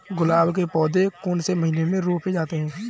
गुलाब के पौधे कौन से महीने में रोपे जाते हैं?